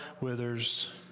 withers